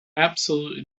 absolutely